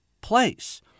place